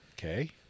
okay